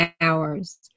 hours